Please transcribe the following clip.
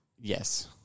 Yes